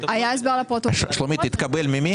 ואז מירי אמרה תזניחו את הזניח הזה,